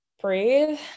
breathe